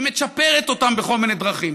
היא מצ'פרת אותם בכל מיני דרכים,